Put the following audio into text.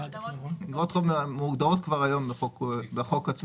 איגרות חוב מוגדרות כבר היום בחוק עצמו,